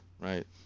right